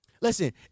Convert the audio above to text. Listen